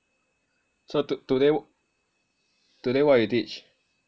so to~ today wh~ today what you teach